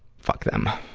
fuck them.